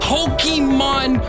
Pokemon